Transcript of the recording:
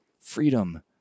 freedom